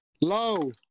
Low